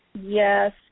Yes